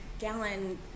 gallon